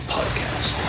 Podcast